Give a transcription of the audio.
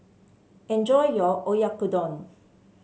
enjoy your Oyakodon